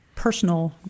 Personal